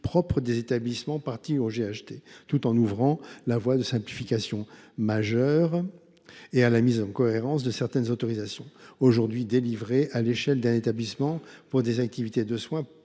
propre des établissements parties de ces groupements, tout en ouvrant la voie à des simplifications majeures et à la mise en cohérence de certaines autorisations, aujourd’hui délivrées à l’échelle d’un établissement, pour des activités de soins